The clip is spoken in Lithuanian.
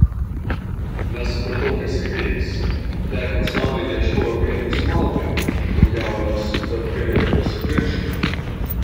nesupratau kas įvyks tekant saulei ieškojau vietos maldai o jaunius kad galėtų pasipiršti